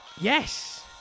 Yes